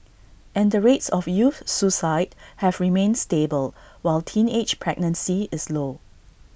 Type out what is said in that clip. and the rates of youth suicide have remained stable while teenage pregnancy is low